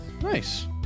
nice